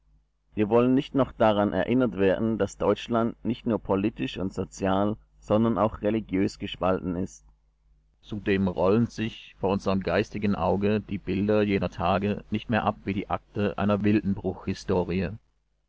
wir wollen nicht noch daran erinnert werden daß deutschland nicht nur politisch und sozial sondern auch religiös gespalten ist zudem rollen sich vor unserem geistigen auge die bilder jener tage nicht mehr ab wie die akte einer wildenbruch-historie